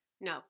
No